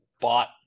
bought